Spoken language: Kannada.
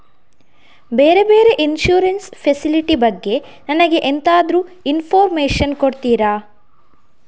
ಬೇರೆ ಬೇರೆ ಇನ್ಸೂರೆನ್ಸ್ ಫೆಸಿಲಿಟಿ ಬಗ್ಗೆ ನನಗೆ ಎಂತಾದ್ರೂ ಇನ್ಫೋರ್ಮೇಷನ್ ಕೊಡ್ತೀರಾ?